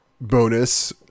bonus